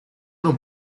não